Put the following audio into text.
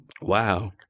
Wow